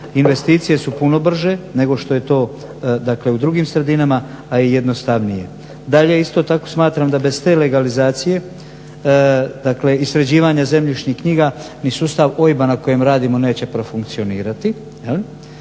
Investicije su puno brže nego što je to dakle u drugim sredinama a i jednostavnije. Dalje isto tako smatram da bez te legalizacije, dakle, i sređivanja zemljišnih knjiga ni sustav OIB-a na kojem radimo neće profunkcionirati,